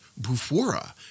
Bufora